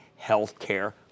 healthcare